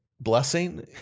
blessing